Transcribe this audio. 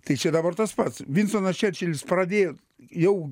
tai čia dabar tas pats vinstonas čerčilis pradėjo jau